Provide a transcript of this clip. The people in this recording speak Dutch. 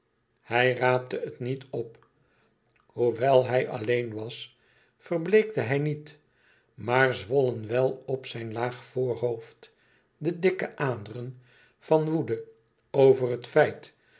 hij raapte het niet op hoewel hij alleen was verbleekte hij niet maar zwollen wel op zijn laag voorhoofd de dikke aderen van woede over het feit